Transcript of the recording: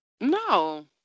No